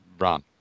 run